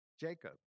Jacob